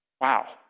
Wow